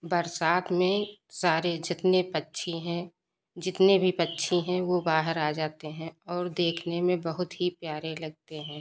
बरसात में सारे जितने पक्षी हैं जितने भी पक्षी हैं वो बाहर आ जाते हैं और देखने में बहुत ही प्यारे लगते हैं